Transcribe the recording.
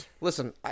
listen